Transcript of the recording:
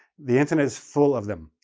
the internet's full of them.